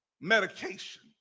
Medication